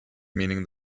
meaning